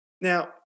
Now